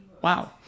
Wow